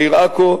בעיר עכו,